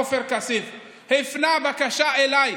עופר כסיף הפנה בקשה אליי.